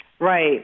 Right